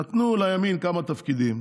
נתנו לימין כמה תפקידים